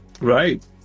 Right